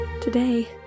today